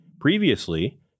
Previously